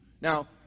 Now